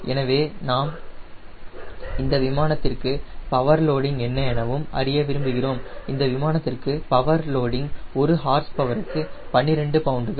எனவே நாம் இந்த விமானத்திற்கு பவர் லோடிங் என்ன எனவும் அறிய விரும்புகிறோம் இந்த விமானத்திற்கு பவர் லோடிங் ஒரு ஹார்ஸ் பவருக்கு 12 பவுண்டுகள்